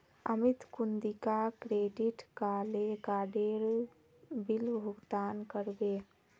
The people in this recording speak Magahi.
अमित कुंदिना क्रेडिट काडेर बिल भुगतान करबे